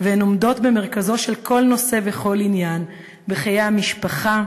והן עומדות במרכזו של כל נושא וכל עניין בחיי המשפחה,